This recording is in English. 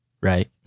right